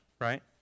right